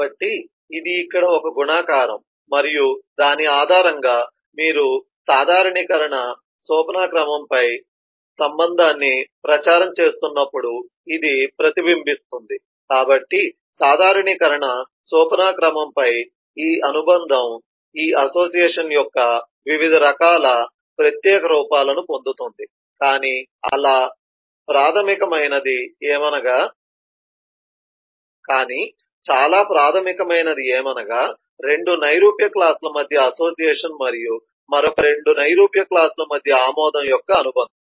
కాబట్టి ఇది ఇక్కడ ఒక గుణకారం మరియు దాని ఆధారంగా మీరు సాధారణీకరణ సోపానక్రమంపై సంబంధాన్ని ప్రచారం చేస్తున్నప్పుడు ఇది ప్రతిబింబిస్తుంది కాబట్టి సాధారణీకరణ సోపానక్రమంపై ఈ అనుబంధం ఈ అసోసియేషన్ యొక్క వివిధ రకాల ప్రత్యేక రూపాలను పొందుతుంది కాని చాలా ప్రాథమికమైనది ఏమనగా 2 నైరూప్య క్లాస్ ల మధ్య అసోసియేషన్ మరియు మరొక 2 నైరూప్య క్లాస్ ల మధ్య ఆమోదం యొక్క అనుబంధం